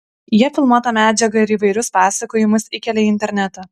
jie filmuotą medžiagą ir įvairius pasakojimus įkelia į internetą